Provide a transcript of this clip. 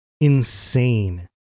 insane